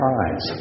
eyes